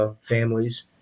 families